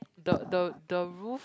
the the the roof